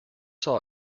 saw